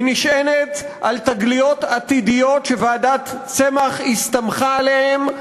היא נשענת על תגליות עתידיות שוועדת צמח הסתמכה עליהן,